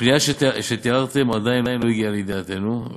הפנייה שתיארתם עדיין לא הגיעה לידיעתנו.